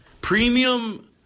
Premium